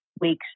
week's